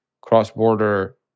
cross-border